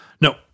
No